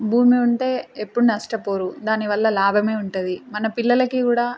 భూమి ఉంటే ఎప్పుడూ నష్టపోరు దానివల్ల లాభమే ఉంటుంది మన పిల్లలకి కూడా